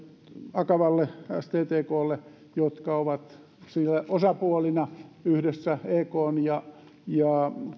akavalle ja sttklle jotka olivat siinä osapuolina yhdessä ekn ja ja